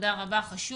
תודה רבה, חשוב.